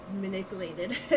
manipulated